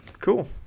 Cool